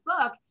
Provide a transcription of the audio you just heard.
book